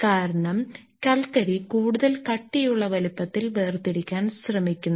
കാരണം കൽക്കരി കൂടുതൽ കട്ടിയുള്ള വലുപ്പത്തിൽ വേർതിരിക്കാൻ ശ്രമിക്കുന്നു